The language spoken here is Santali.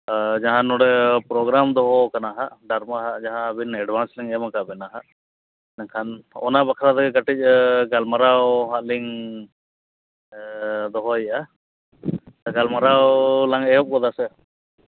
ᱡᱟᱦᱟᱸ ᱱᱚᱰᱮ ᱯᱨᱳᱜᱨᱟᱢ ᱫᱚᱦᱚ ᱠᱟᱱᱟ ᱦᱟᱸᱜ ᱰᱟᱨᱢᱟᱜᱷ ᱡᱟᱦᱟᱸ ᱟᱹᱵᱤᱱ ᱮᱰᱵᱷᱟᱱᱥ ᱞᱤᱧ ᱮᱢ ᱟᱠᱟᱜ ᱵᱤᱱᱟ ᱦᱟᱸᱜ ᱠᱷᱟᱱ ᱚᱱᱟ ᱵᱟᱠᱷᱨᱟ ᱛᱮᱜᱮ ᱠᱟᱹᱴᱤᱡ ᱜᱟᱞᱢᱟᱨᱟᱣ ᱦᱟᱸᱜ ᱞᱤᱧ ᱫᱚᱦᱚᱭᱮᱜᱼᱟ ᱜᱟᱞᱢᱟᱨᱟᱣ ᱞᱟᱝ ᱮᱦᱚᱵ ᱜᱚᱫᱟ ᱥᱮ